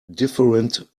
different